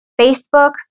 Facebook